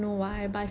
(uh huh)